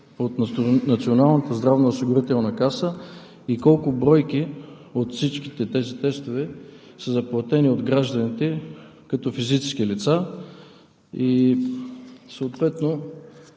от Националната здравноосигурителна каса? Колко бройки от всичките тези тестове са заплатени от гражданите като физически лица?